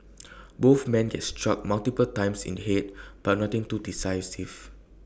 both man get struck multiple times in Head but nothing too decisive